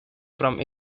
from